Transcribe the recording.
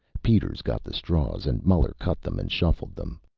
peters got the straws, and muller cut them and shuffled them.